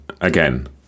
Again